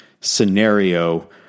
scenario